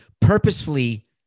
Purposefully